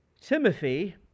Timothy